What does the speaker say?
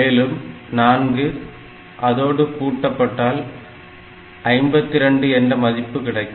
மேலும் 4 அதோடு கூட்ட பட்டால் 52 என்ற மதிப்பு கிடைக்கும்